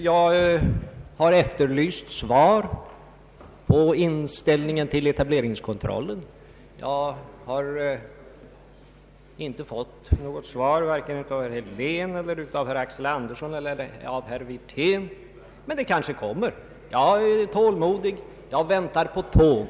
Jag har efterlyst svar beträffande inställningen till etableringskontrollen, men jag har inte fått något, vare sig av herr Helén, herr Axel Andersson eller herr Wirtén. Men det kanske kommer. Jag är tålmodig. Jag är van att vänta på tåg.